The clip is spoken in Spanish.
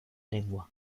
lengua